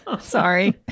Sorry